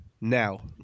Now